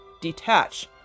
detach